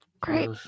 Great